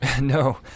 No